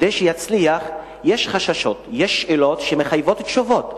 כדי שיצליח, יש חששות, יש שאלות שמחייבות תשובות.